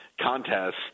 contest